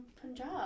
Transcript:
Punjab